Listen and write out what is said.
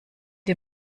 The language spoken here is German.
dir